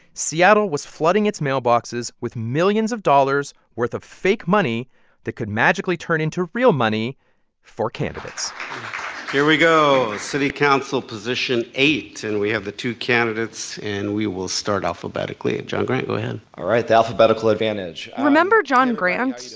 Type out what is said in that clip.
seattle was flooding its mailboxes with millions of dollars' worth of fake money that could magically turn into real money for candidates here we go. city council position eight. and we have the two candidates. and we will start alphabetically at jon grant. go ahead all right, it's alphabetical advantage remember jon grant,